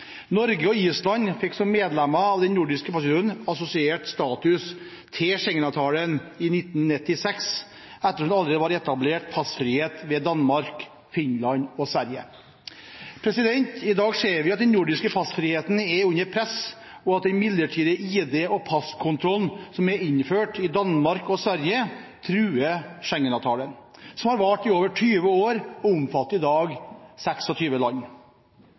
Norge og Island fikk, som medlemmer av den nordiske passunionen, assosiert status til Schengen-avtalen i 1996, ettersom det allerede var etablert passfrihet med Danmark, Finland og Sverige. I dag ser vi at den nordiske passfriheten er under press, og at den midlertidige ID- og passkontrollen som er innført i Danmark og Sverige, truer Schengen-avtalen, som har vart i over 20 år og i dag omfatter 26 land.